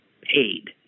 paid